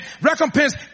recompense